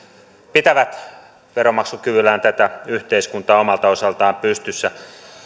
pitävät veronmaksukyvyllään tätä yhteiskuntaa omalta osaltaan pystyssä